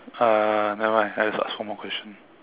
uh nevermind I just ask one more question